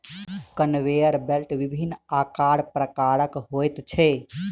conveyor belt विभिन्न आकार प्रकारक होइत छै